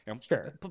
sure